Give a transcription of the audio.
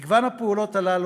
מגוון הפעולות האלה,